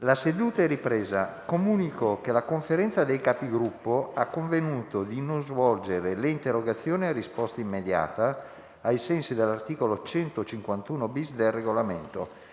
finestra") Colleghi, comunico che la Conferenza dei Capigruppo ha convenuto di non svolgere le interrogazioni a risposta immediata, ai sensi dell'articolo 151-*bis* del Regolamento,